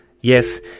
Yes